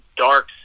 dark